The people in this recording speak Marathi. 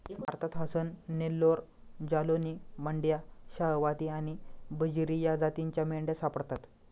भारतात हसन, नेल्लोर, जालौनी, मंड्या, शाहवादी आणि बजीरी या जातींच्या मेंढ्या सापडतात